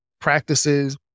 practices